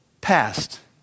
Past